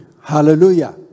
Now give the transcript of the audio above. Hallelujah